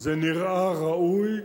זה נראה ראוי,